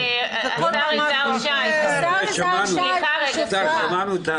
השר יזהר שי, סליחה, שמענו את כל הדברים האלה.